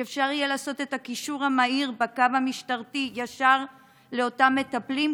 שאפשר יהיה לעשות קישור מהיר בקו המשטרתי ישר לאותם מטפלים,